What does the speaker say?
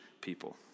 people